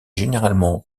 généralement